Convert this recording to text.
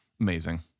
amazing